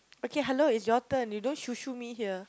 okay hello it's your turn you don't shoo shoo me here